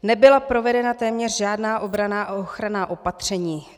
Nebyla provedena téměř žádná obranná a ochranná opatření.